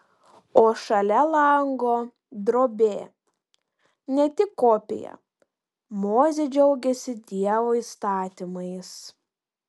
o šalia lango drobė ne tik kopija mozė džiaugiasi dievo įstatymais